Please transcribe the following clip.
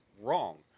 wrong